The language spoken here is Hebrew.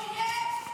אויב.